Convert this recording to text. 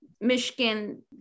Michigan